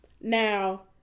Now